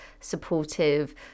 supportive